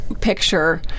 picture